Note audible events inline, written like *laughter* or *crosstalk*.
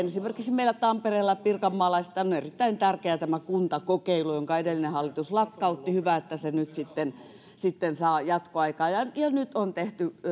*unintelligible* esimerkiksi meillä tampereella ja pirkanmaalla on erittäin tärkeä tämä kuntakokeilu jonka edellinen hallitus lakkautti ja hyvä että se nyt sitten sitten saa jatkoaikaa ja jo nyt on tehty